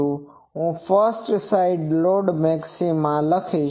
તેથી હું first side lobe maxima લખીશ